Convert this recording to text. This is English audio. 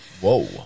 Whoa